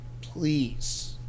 please